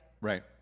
Right